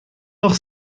noch